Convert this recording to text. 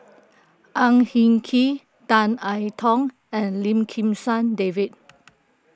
Ang Hin Kee Tan I Tong and Lim Kim San David